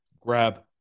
grab